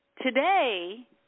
Today